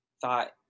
thought